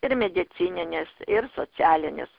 ir medicinines ir socialines